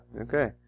okay